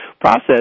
process